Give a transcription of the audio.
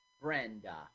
Brenda